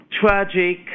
tragic